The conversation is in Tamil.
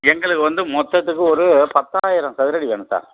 எங்களுக்கு வந்து மொத்தத்துக்கு ஒரு பத்தாயிரம் சதுரடி வேணும் சார்